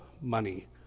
money